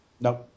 No